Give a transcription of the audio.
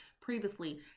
previously